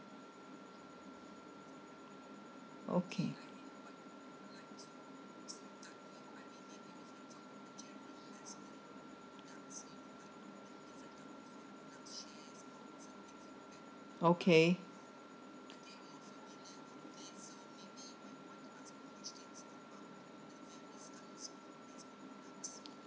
okay okay